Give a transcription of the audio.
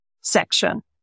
section